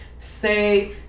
say